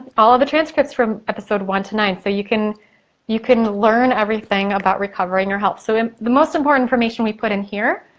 all of the transcripts from episode one to nine. so you can you can learn everything about recovering your health. so um the most important information, we put in here,